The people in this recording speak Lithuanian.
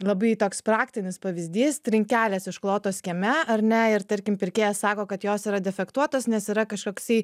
labai toks praktinis pavyzdys trinkelės išklotos kieme ar ne ir tarkim pirkėjas sako kad jos yra defektuotos nes yra kažkoksai